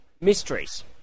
mysteries